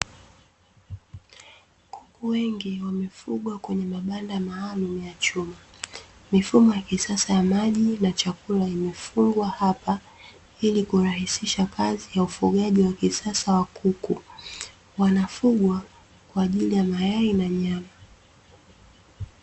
Kuku wengi wamefugwa kwenye mabanda maalumu ya chuma, mifumo ya kisasa ya maji na chakula imefungwa hapa ili kurahisisha kazi ya ufugaji wa kisasa wa kuku, wanafugwa kwa ajili ya mayai na nyama.